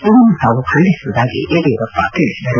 ಇದನ್ನು ತಾವು ಖಂಡಿಸುವುದಾಗಿ ಯಡಿಯೂರಪ್ಪ ತಿಳಿಸಿದರು